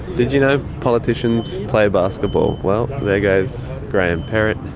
did you know politicians play basketball? well there goes graham perrett.